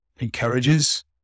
Encourages